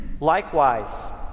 Likewise